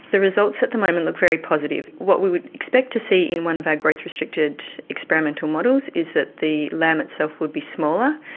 the results at the moment look very positive. what we would expect to see in one of our growth restricted experimental models is that the lamb itself would be smaller,